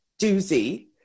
doozy